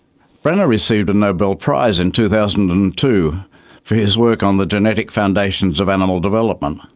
brenner received a nobel prize in two thousand and two for his work on the genetic foundations of animal development.